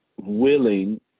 willing